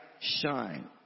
shine